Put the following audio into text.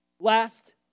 Last